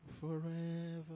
forever